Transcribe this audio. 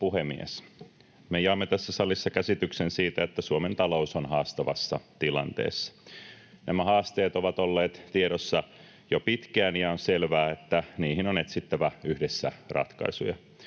puhemies! Me jaamme tässä salissa käsityksen siitä, että Suomen talous on haastavassa tilanteessa. Nämä haasteet ovat olleet tiedossa jo pitkään, ja on selvää, että niihin on etsittävä yhdessä ratkaisuja.